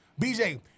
BJ